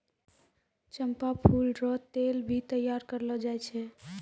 चंपा फूल रो तेल भी तैयार करलो जाय छै